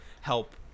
help